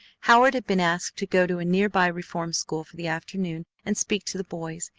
howard had been asked to go to a nearby reform school for the afternoon and speak to the boys,